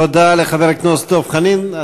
תודה לחבר הכנסת דב חנין.